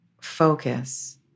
focus